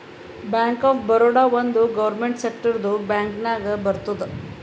bank of Baroda ಒಂದ್ government ಸೆಕ್ಟರ್ದು bank ನಾಗ್ ಬರ್ತುದ್